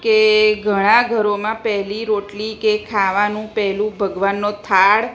કે ઘણાં ઘરોમાં પહેલી રોટલી કે ખાવાનું પહેલું ભગવાનનો થાળ